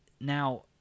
Now